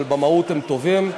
אבל במהות הם טובים.